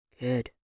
Good